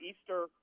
Easter